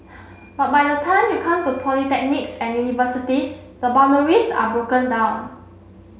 but by the time you come to polytechnics and universities the boundaries are broken down